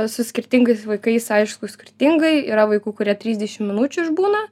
su skirtingais vaikais aišku skirtingai yra vaikų kurie trisdešim minučių išbūna